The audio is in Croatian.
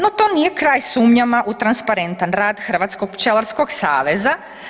No to nije kraj sumnjama u transparentan rad Hrvatskog pčelarskog saveza.